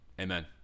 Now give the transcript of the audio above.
Amen